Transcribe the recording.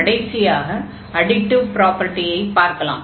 கடைசியாக அடிடிவ் ப்ராப்பர்டியை பார்க்கலாம்